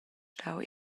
stau